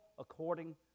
according